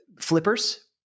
flippers